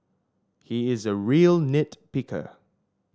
he is a real nit picker